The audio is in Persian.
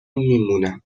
میمونم